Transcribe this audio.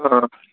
आं